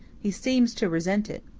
he seems to resent it.